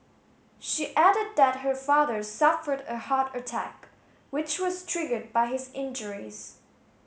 she added that her father suffered a heart attack which was triggered by his injuries